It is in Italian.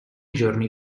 giorni